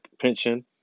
pension